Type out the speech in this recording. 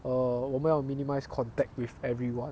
err 我们要 minimise contact with everyone